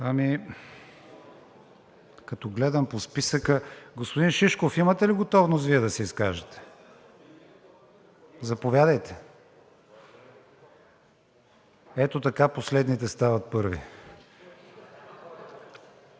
Като гледам по списъка… Господин Шишков, Вие имате ли готовност да се изкажете? Заповядайте. Ето така последните стават първи.